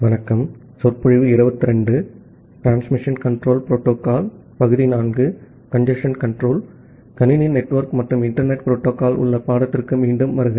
computer network மற்றும் internet protocol உள்ள பாடத்திற்கு மீண்டும் வாருங்கள்